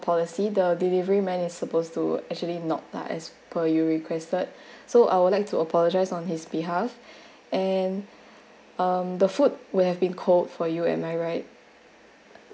policy the delivery man is supposed to actually knock lah as per you requested so I would like to apologise on his behalf and uh the food would have been cold for you am I right